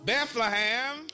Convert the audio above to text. Bethlehem